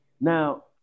Now